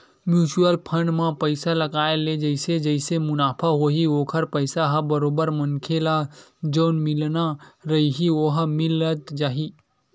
mutual fund म पइसा लगाय ले जइसे जइसे मुनाफ होही ओखर पइसा ह बरोबर मनखे ल जउन मिलना रइही ओहा मिलत जाही